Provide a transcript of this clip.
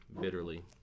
bitterly